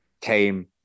came